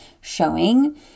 showing